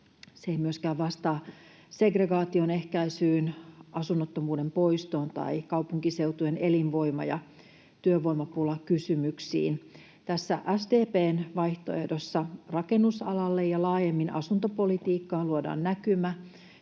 Se ei myöskään vastaa segregaation ehkäisyyn, asunnottomuuden poistoon tai kaupunkiseutujen elinvoima- ja työvoimapulakysymyksiin. Tässä SDP:n vaihtoehdossa rakennusalalle ja laajemmin asuntopolitiikkaan luodaan näkymä